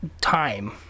time